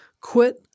quit